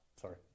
Sorry